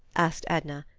asked edna.